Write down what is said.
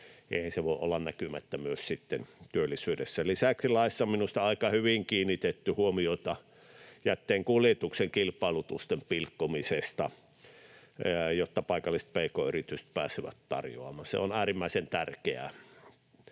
eihän se voi olla näkymättä myös työllisyydessä. Lisäksi laissa on minusta aika hyvin kiinnitetty huomiota jätteenkuljetuksen kilpailutusten pilkkomiseen, jotta paikalliset pk-yritykset pääsevät tarjoamaan. Se on äärimmäisen tärkeää.